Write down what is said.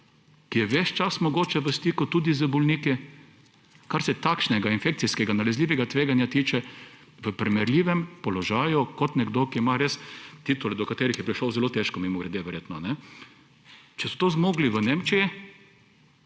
ki je ves čas mogoče v stiku tudi z bolniki, kar se takšnega infekcijskega, nalezljivega tveganja tiče, v primerljivem položaju kot nekdo, ki ima res titulo, do katerih je prišlo zelo težko – mimogrede, verjetno, kajne. Če so to zmogli v Nemčiji,